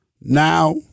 now